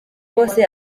bose